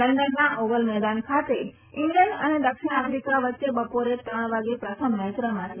લંડનના Oval મેદાન ખાતે England અને દક્ષિણ આફિકા વચ્ચે બપોરે ત્રણ વાગે પ્રથમ મેચ રમાશે